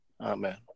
Amen